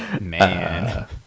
Man